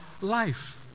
life